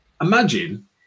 imagine